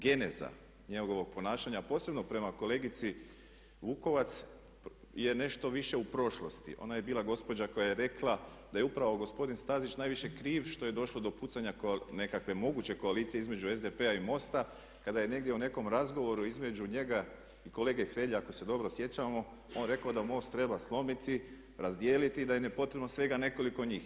Geneza njegovog ponašanja a posebno prema kolegici Vukovac je nešto više u prošlosti, ona je bila gospođa koja je rekla da je upravo gospodin Stazić najviše kriv što je došlo do pucanja nekakve moguće koalicije između SDP-a i MOST-a kada je negdje u nekom razgovoru između njega i kolege Hrelje ako se dobro sjećamo on rekao da MOST treba slomiti, razdijeliti i da im je potrebno svega nekoliko njih.